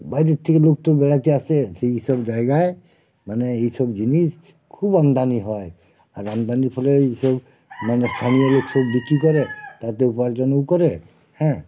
বাইরের থেকে লোক তো বেড়াতে আসে সেই সব জায়গায় মানে এই সব জিনিস খুব আমদানি হয় আর আমদানির ফলে এই সব মানে সামনে রেখে বিক্রি করে তাতে উপার্জনও করে হ্যাঁ